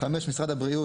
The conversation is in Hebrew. משרד הבריאות,